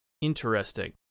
interesting